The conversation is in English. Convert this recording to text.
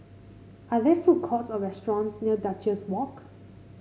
are there food courts or restaurants near Duchess Walk